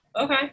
Okay